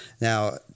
Now